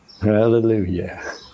hallelujah